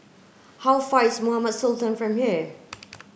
how far is Mohamed Sultan Road from here